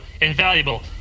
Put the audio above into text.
invaluable